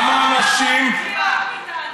מאיתנו.